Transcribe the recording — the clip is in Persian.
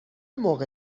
موقع